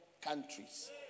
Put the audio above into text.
countries